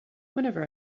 whenever